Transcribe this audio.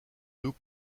deux